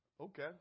Okay